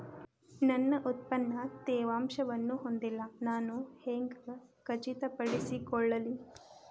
ನನ್ನ ಉತ್ಪನ್ನ ತೇವಾಂಶವನ್ನು ಹೊಂದಿಲ್ಲಾ ನಾನು ಹೆಂಗ್ ಖಚಿತಪಡಿಸಿಕೊಳ್ಳಲಿ?